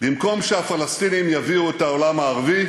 במקום שהפלסטינים יביאו את העולם הערבי,